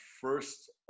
first